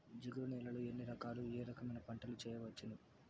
జిగురు నేలలు ఎన్ని రకాలు ఏ రకమైన పంటలు వేయవచ్చును?